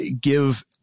give